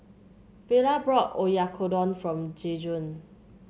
Vela brought Oyakodon for Jajuan